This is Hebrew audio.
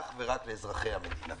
אך ורק לאזרחי המדינה.